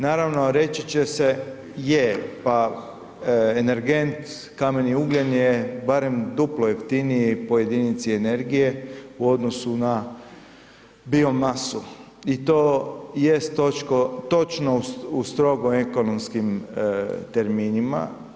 Naravno reći će se je pa energent kameni ugljen je barem duplo jeftiniji po jedinici energije u odnosu na bio masu i to jest točnost u strogo ekonomskim terminima.